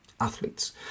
athletes